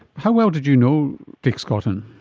how well did you know dick scotton?